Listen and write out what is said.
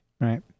Right